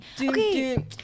Okay